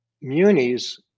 munis